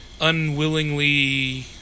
unwillingly